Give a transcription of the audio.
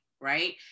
right